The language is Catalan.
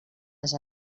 les